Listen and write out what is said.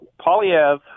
Polyev